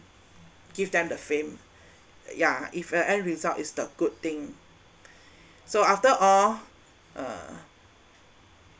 give them the fame yeah if the end result is the good thing so after all uh